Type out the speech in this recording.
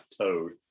toad